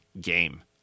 game